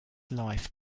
life